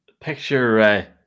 Picture